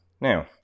Now